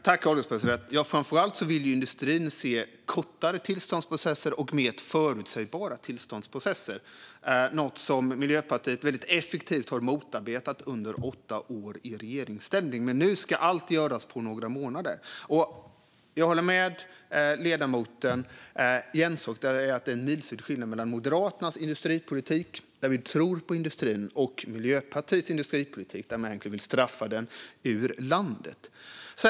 Herr ålderspresident! Framför allt vill industrin se kortare och mer förutsägbara tillståndsprocesser. Detta är något som Miljöpartiet väldigt effektivt har motarbetat under åtta år i regeringsställning, men nu ska allt göras på några månader. Jag håller med ledamoten i en sak: Det är en milsvid skillnad mellan Moderaternas industripolitik, där vi tror på industrin, och Miljöpartiets industripolitik, där man vill straffa den ur landet.